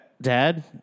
dad